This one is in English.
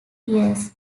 years